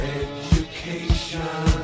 education